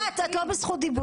נכון?